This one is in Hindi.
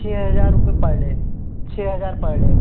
छ हजार रुपए पर डे छ हजार पर डे